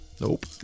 Nope